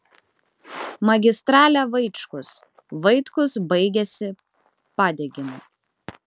magistralė vaičkus vaitkus baigiasi padegimu